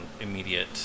immediate